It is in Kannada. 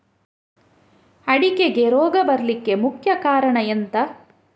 ಅಡಿಕೆಗೆ ರೋಗ ಬರ್ಲಿಕ್ಕೆ ಮುಖ್ಯ ಕಾರಣ ಎಂಥ?